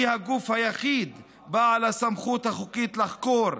היא הגוף היחיד בעל הסמכות החוקית לחקור,